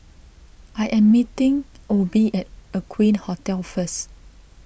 I am meeting Obie at Aqueen Hotel first